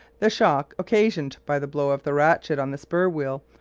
the shock occasioned by the blow of the ratchet on the spur-wheel,